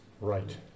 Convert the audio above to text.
Right